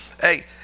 Hey